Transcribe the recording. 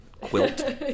quilt